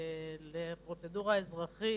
זאת פרוצדורה אזרחית,